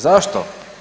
Zašto?